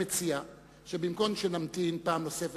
במתן תשובה לדילמה שנמצא בה חבר הכנסת